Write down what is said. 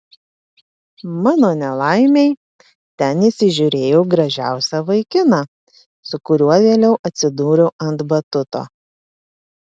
mano nelaimei ten įsižiūrėjau gražiausią vaikiną su kuriuo vėliau atsidūriau ant batuto